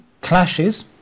clashes